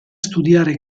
studiare